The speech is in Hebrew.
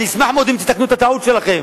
אני אשמח מאוד אם תתקנו את הטעות שלכם.